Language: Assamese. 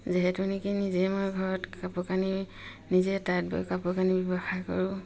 যিহেতু নেকি নিজে মই ঘৰত কাপোৰ কানি নিজে তাঁত বৈ কাপোৰ কানি ব্যৱসায় কৰোঁ